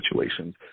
situations